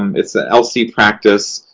um it's an lc practice,